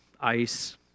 ice